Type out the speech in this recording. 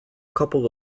couple